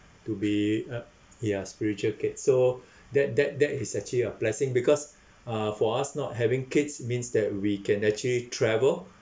to be uh ya spiritual kid so that that that is actually a blessing because uh for us not having kids means that we can actually travel